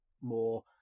more